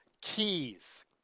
keys